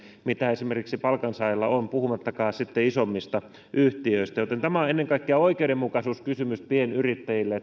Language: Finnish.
mitä esimerkiksi palkansaajilla on puhumattakaan sitten isommista yhtiöistä tämä että yrittäjävähennys saatiin aikaan on ennen kaikkea oikeudenmukaisuuskysymys pienyrittäjille